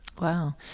Wow